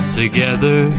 together